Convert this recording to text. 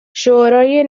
شورای